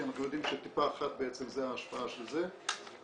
כי אנחנו יודעים מה ההשפעה של טיפה אחת,